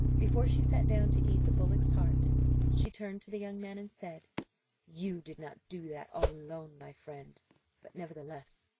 before she sat down to eat the bullock's heart she turned to the young man, and said you did not do that all alone, my friend but, nevertheless,